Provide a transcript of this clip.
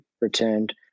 returned